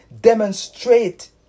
demonstrate